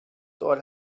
todas